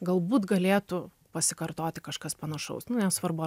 galbūt galėtų pasikartoti kažkas panašaus nu nesvarbu